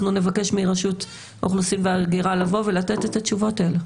אנחנו נבקש מרשות האוכלוסין וההגירה לבוא ולתת את התשובות האלה.